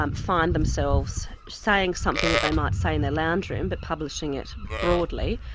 um find themselves saying something that they might say in their lounge room but publishing it broadly,